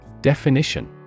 Definition